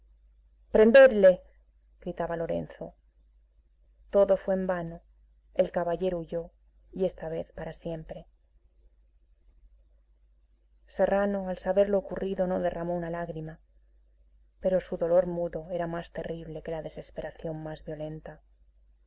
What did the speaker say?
prendedle gritaba lorenzo todo fue en vano el caballero huyó y esta vez para siempre serrano al saber lo ocurrido no derramó una lágrima pero su dolor mudo era más terrible que la desesperación más violenta